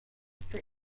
for